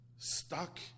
stuck